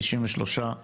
ו-193,000